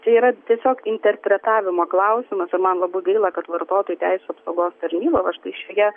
tai yra tiesiog interpretavimo klausimas o man labai gaila kad vartotojų teisių apsaugos tarnyba va štai šioje